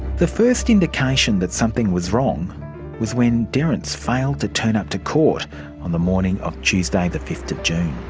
the first indication that something was wrong was when derrance failed to turn up to court on the morning of tuesday the fifth of june.